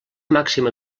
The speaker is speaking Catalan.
màxima